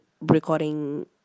recording